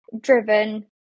driven